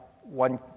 one